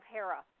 Hera